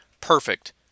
perfect